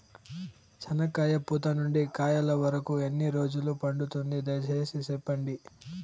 చెనక్కాయ పూత నుండి కాయల వరకు ఎన్ని రోజులు పడుతుంది? దయ సేసి చెప్పండి?